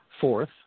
Fourth